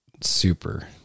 super